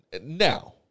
Now